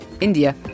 India